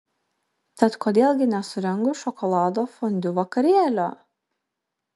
tad kodėl gi nesurengus šokolado fondiu vakarėlio